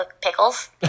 pickles